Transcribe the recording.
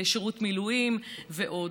שירות מילואים ועוד.